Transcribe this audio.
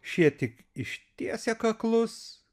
šie tik ištiesia kaklus